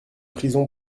prison